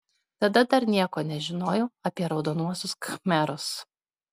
tada dar nieko nežinojau apie raudonuosius khmerus